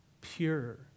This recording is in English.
pure